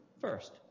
first